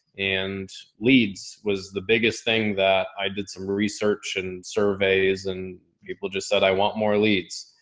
and leads was the biggest thing that i did some research and surveys and people just said i want more leads.